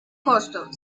costo